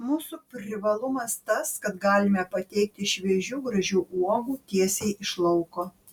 mūsų privalumas tas kad galime pateikti šviežių gražių uogų tiesiai iš lauko